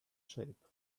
shape